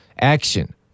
Action